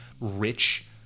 rich